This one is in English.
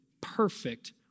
perfect